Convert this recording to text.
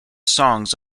songs